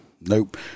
Nope